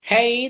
Hey